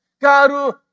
God